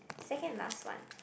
second last one